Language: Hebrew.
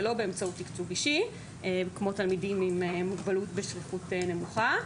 ולא באמצעות תקצוב אישי כמו תלמידים עם מוגבלות בשכיחות נמוכה.